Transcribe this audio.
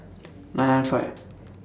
nine nine five